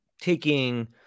taking